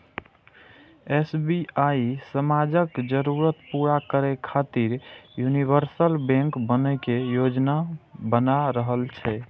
SBI समाजक जरूरत पूरा करै खातिर यूनिवर्सल बैंक बनै के योजना बना रहल छै